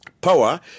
power